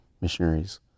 missionaries